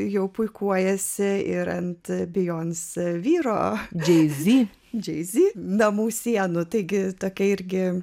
jau puikuojasi ir ant abejonės vyro namų sienų taigi tokie irgi